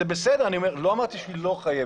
זה בסדר, לא אמרתי שהיא לא חייבת,